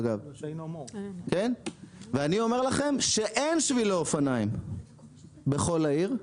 אגב ואני אומר לכם שאין שבילי אופניים בכל העיר.